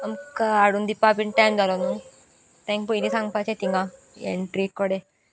आमकां हाडून दिवपा बीन टायम जालो न्हू ते पयलीं सांगपाचें तिंगा एंट्री कडेन